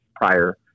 prior